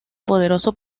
poderoso